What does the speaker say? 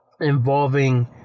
involving